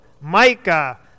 Micah